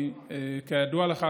כידוע לך,